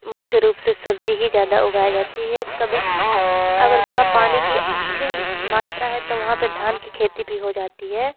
मुख्य रूप से सब्जी ही ज़्यादा उगाए जाती है कभी अगर जहाँ पानी की अच्छी मात्रा है तो वहाँ पे धान की खेती भी हो जाती है